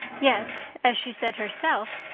yet, as she said herself,